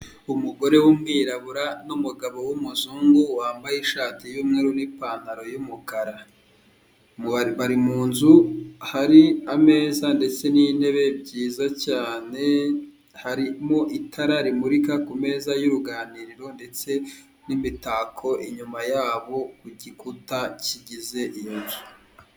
Umugore w'umwirabura n'umugabo w'umuzungu wambaye ishati y'umweru n'ipantaro y'umukara, bari mu nzu, hari ameza ndetse n'intebe byiza cyane, harimo itara rimurika ku meza y'uruganiriro ndetse n'imitako inyuma yabo ku gikuta kigize iyo nzu.